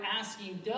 asking